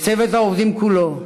לצוות העובדים כולו,